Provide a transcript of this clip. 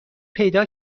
پیدا